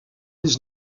iets